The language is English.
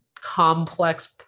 complex